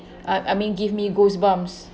I I mean give me goosebumps